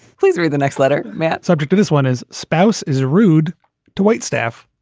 please read the next letter man subject this one is spouse is rude to waitstaff.